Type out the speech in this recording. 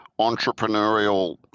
entrepreneurial